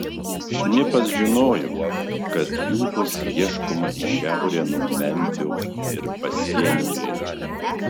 šnipas žinojo kad jų bus ieškoma į šiaurę nuo memfio ir pasienio link